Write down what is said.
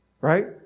right